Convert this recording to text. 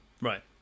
right